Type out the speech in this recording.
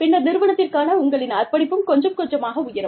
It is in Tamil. பின்னர் நிறுவனத்திற்கான உங்களின் அர்ப்பணிப்பும் கொஞ்சம் கொஞ்சமாக உயரும்